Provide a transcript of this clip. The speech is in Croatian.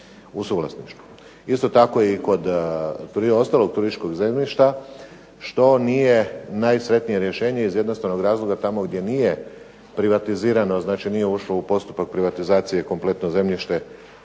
Isto tako i kod ostalog turističkog zemljišta što nije najsretnije rješenje iz jednostavnog razloga tamo gdje nije privatizirano, znači nije ušlo u postupak privatizacije kompletno zemljište